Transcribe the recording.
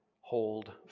hold